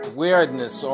weirdness